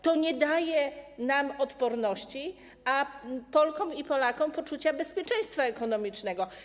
To nie daje nam odporności, a Polkom i Polakom - poczucia bezpieczeństwa ekonomicznego.